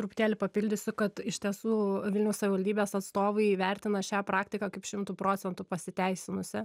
truputėlį papildysiu kad iš tiesų vilniaus savivaldybės atstovai įvertina šią praktiką kaip šimtu procentų pasiteisinusią